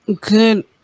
good